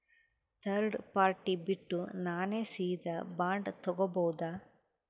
Third party ಬಿಟ್ಟು ನಾನೇ ಸೀದಾ ಬಾಂಡ್ ತೋಗೊಭೌದಾ?